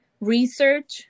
research